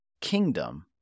kingdom